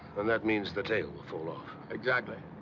and that means the tail will fall off. exactly.